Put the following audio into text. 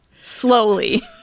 slowly